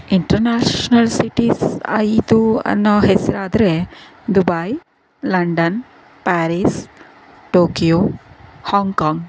international cities ಐದು ಅನ್ನೊ ಹೆಸರಾದ್ರೆ Dubai London Paris Tokyo Hong Kong